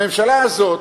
הממשלה הזאת,